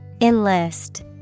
Enlist